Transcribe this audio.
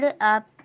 up